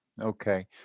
Okay